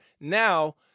now